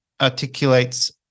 articulates